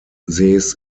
sees